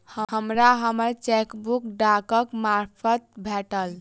हमरा हम्मर चेकबुक डाकक मार्फत भेटल